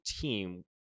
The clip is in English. team